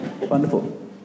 Wonderful